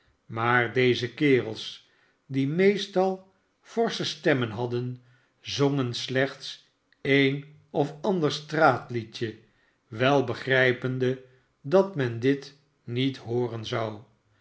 maar deze kerels die meestal forsche stemmen hadden zongen slechts een of ander straatliedje wel begrijpende dat men dit niet hooren zou